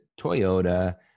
Toyota